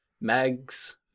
Mag's